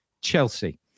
Chelsea